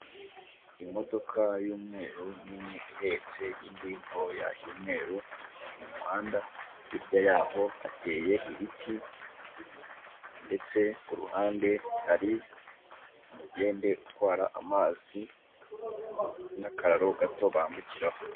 Imodoka y'umweru nini ihetse indi ntoya y'umweru mu muhanda. Hirya yaho hateye ibiti, ndetse ku ruhande hari umugende utwara amazi n'akararo gato bambukiraho.